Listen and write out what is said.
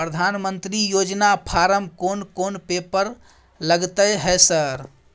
प्रधानमंत्री योजना फारम कोन कोन पेपर लगतै है सर?